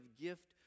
gift